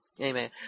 amen